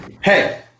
hey